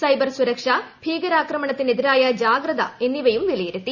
cyber സുരക്ഷ ഭീകരാക്രണത്തിനെതിരായ ജാഗ്രത എന്നിവയും വിലയിരുത്തി